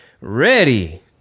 ready